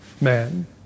man